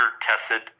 tested